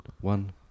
one